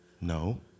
No